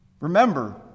Remember